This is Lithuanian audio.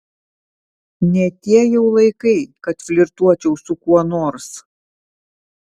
ne tie jau laikai kad flirtuočiau su kuo nors